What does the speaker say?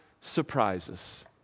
surprises